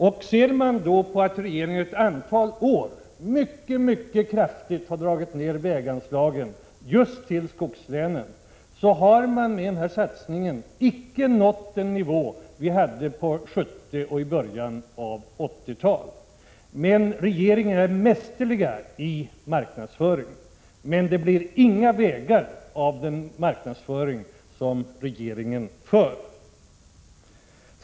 Om man beaktar att regeringen under ett antal år har dragit ned väganslagen just till skogslänen mycket kraftigt kan man konstatera att regeringen med den nu föreslagna satsningen ändå inte har uppnått den nivå som vi hade på 70 och i början på 80-talet. Regeringen är mästerlig i marknadsföring — men det blir inga vägar av dess marknadsföring!